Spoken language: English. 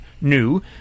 new